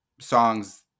songs